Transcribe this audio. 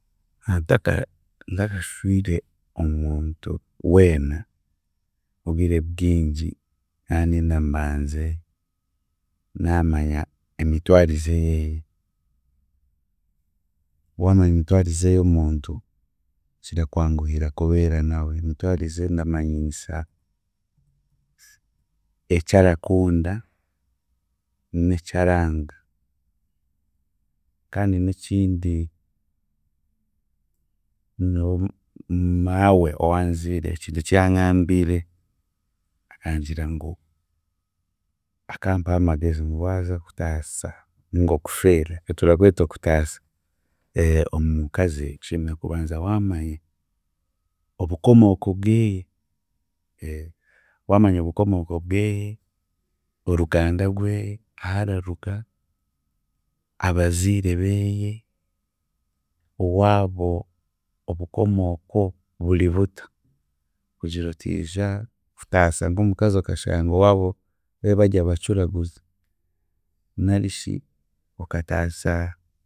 Ataka ntakashwire omuntu weena, obwire bwingi ndandenda mbanze naamanya emitwarize yeeye. Waamanya emitwarize y'omuntu kirakwanguhira kubeera nawe, emitwarize ndamanyiisa ekyarakunda, n'ekyaranga kandi n'ekindi nyowe maawe owanziire ekintu eki yangambiire akangira ngu, akampaho amagezi ngu waaza kutaasa nainga okushwera itwe turakweta okutaasa, omukazi oshemeriire kubanza waamanya obukomooko bweye, waamanya obukomooko bweye, oruganda gweye, ahararuga, abaziire beeye, owaabo obukomooko buri buta kugira otiija kutaasa nk'omukazi okashanga owaabo barya abacuraguzi narishi okataasa